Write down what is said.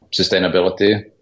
sustainability